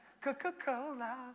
Coca-Cola